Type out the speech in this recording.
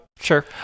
Sure